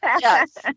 Yes